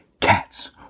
Cats